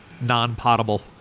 non-potable